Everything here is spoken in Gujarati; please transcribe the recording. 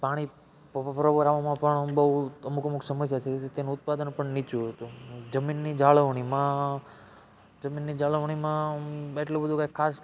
પાણી ભરવામાં પણ બહુ અમુક અમુક સમસ્યા થઈ જતી અને ઉત્પાદન પણ નીચું હતું જમીનની જાળવણીમાં જમીનની જાળવણીમાં એટલું બધું કઈ ખાસ